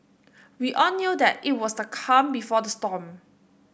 we all knew that it was the calm before the storm